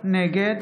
נגד